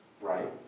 right